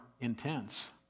intense